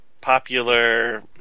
popular